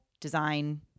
design